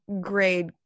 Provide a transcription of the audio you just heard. grade